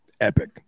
Epic